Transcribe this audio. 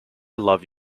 love